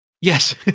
Yes